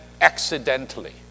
accidentally